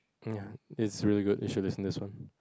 ya it's really good you should listen to this one